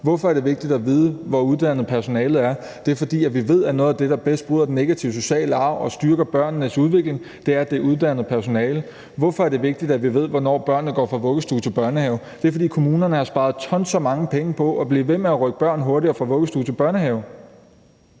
Hvorfor er det vigtigt at vide, hvor uddannet personalet er? Det er det, fordi vi ved, at noget af det, der bedst bryder den negative sociale arv og styrker børnenes udvikling, er, at det er uddannet personale. Hvorfor er det vigtigt, at vi ved, hvornår børnene går fra vuggestue til børnehave? Det er, fordi kommunernes har sparet tonsvis mange penge på at blive ved med at rykke børn hurtigere fra vuggestue til børnehave.